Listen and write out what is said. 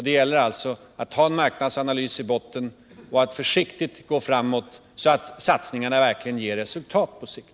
Det gäller alltså att ha en marknadsanalys i botten och försiktigt gå framåt så att satsningarna verkligen ger resultat på sikt.